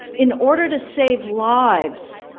in order to save lives,